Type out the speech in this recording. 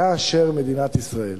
כאשר מדינת ישראל